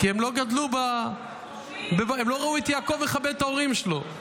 כי הם לא ראו את יעקב מכבד את ההורים שלו.